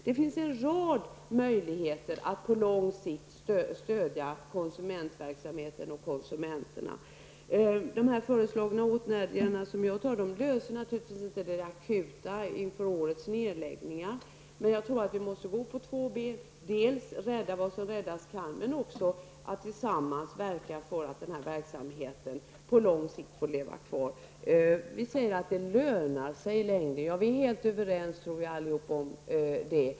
Det finns en rad möjligheter att på lång sikt stödja konsumentverksamheten och konsumenterna. De här föreslagna åtgärderna som jag talar om löser naturligtvis inte det akuta problemet inför årets nedläggningar. Men jag tror att vi måste gå på två ben, dels rädda vad som räddas kan, dels tillsammans verka för att denna verksamhet på lång sikt får leva kvar. Det lönar sig i längden. Jag tror att vi allihop är helt överens om det.